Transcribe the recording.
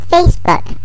Facebook